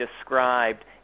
described